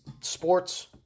sports